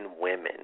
women